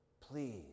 Please